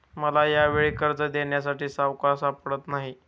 मला यावेळी कर्ज देण्यासाठी सावकार सापडत नाही